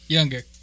Younger